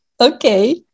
Okay